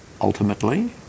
Ultimately